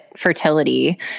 fertility